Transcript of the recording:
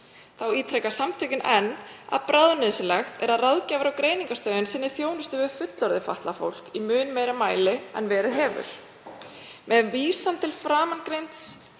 Þá ítreka samtökin enn að bráðnauðsynlegt er að Ráðgjafar- og greiningarstöð sinni þjónustu við fullorðið fatlað fólk í mun meira mæli en verið hefur. Með vísan til framangreinds